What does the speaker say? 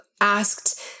asked